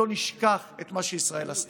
לא נשכח את מה שישראל עשתה.